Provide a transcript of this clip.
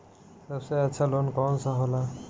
सबसे अच्छा लोन कौन सा होला?